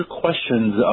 questions